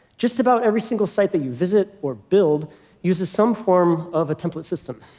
just about every single site that you visit or build uses some form of a template system.